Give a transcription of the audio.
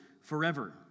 forever